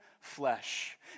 flesh